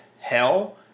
hell